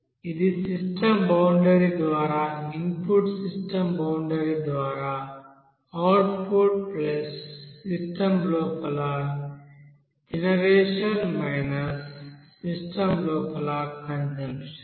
ఇది system boundary ద్వారా input system boundary ద్వారా అవుట్పుట్ సిస్టమ్ లోపల జనరేషన్ సిస్టమ్ లోపల కంజంప్షన్